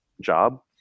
job